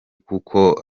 kuko